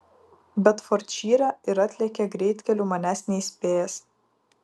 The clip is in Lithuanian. bedfordšyre ir atlėkė greitkeliu manęs neįspėjęs